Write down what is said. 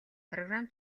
программ